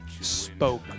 spoke